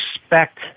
respect